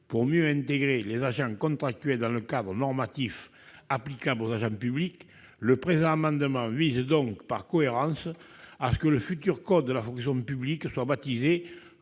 pour mieux intégrer les agents contractuels dans le cadre normatif applicable aux agents publics, le présent amendement vise, par cohérence, à renommer le futur code :« code de la fonction publique et des